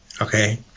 okay